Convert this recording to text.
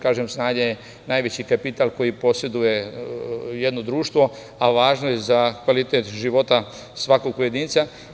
Kažem, znanje je najveći kapital koji poseduje jedno društvo, a važno je za kvalitet života svakog pojedinca.